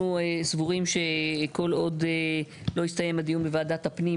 אנחנו סבורים שכל עוד לא הסתיים הדיון בוועדת הפנים,